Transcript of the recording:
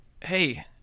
hey